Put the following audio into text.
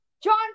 John